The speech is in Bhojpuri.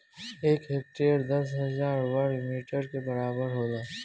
एक हेक्टेयर दस हजार वर्ग मीटर के बराबर होला